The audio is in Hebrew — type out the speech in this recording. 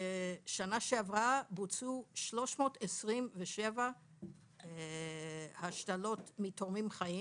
בשנה שעברה בוצעו 327 השתלות מתורמים חיים.